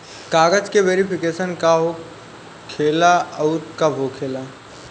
कागज के वेरिफिकेशन का हो खेला आउर कब होखेला?